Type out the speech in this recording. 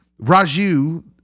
Raju